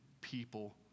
people